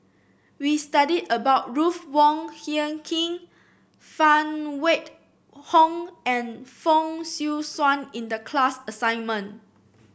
we study about Ruth Wong Hie King Phan Wait Hong and Fong Swee Suan in the class assignment